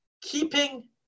Keeping